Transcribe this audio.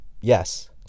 Yes